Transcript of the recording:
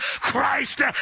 Christ